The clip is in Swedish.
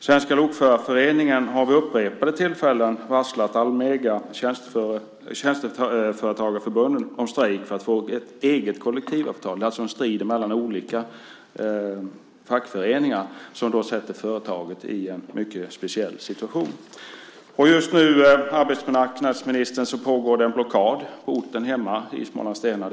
Svenska lokförareföreningen har vid upprepade tillfällen varslat Almega, tjänsteföretagarförbunden, om strejk för att få ett eget kollektivavtal. Det är alltså en strid mellan olika fackföreningar som sätter företagen i en mycket speciell situation. Just nu pågår det en blockad, arbetsmarknadsministern, på min hemort Smålandsstenar.